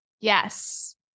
Yes